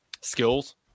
skills